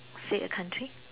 said a country